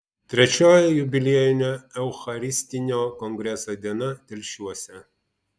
trečioji jubiliejinio eucharistinio kongreso diena telšiuose